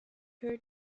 her